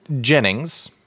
Jennings